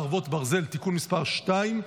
חרבות ברזל) (תיקון מס' 2),